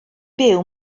byw